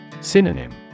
Synonym